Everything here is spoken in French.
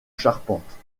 charpente